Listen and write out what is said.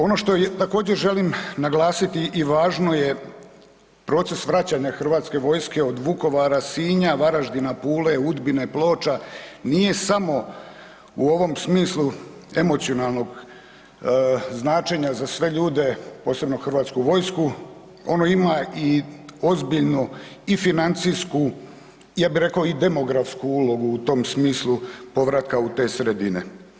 Ono što također želim naglasiti i važno je, proces vraćanja hrvatske vojske od Vukovara, Sinja, Varaždina, Pule, Udbine, Ploča nije samo u ovom smislu emocionalnog značenja za sve ljude, posebno za hrvatsku vojsku, ono ima ozbiljnu i financijsku i ja bih rekao i demografsku ulogu u tom smislu povratka u te sredine.